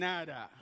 Nada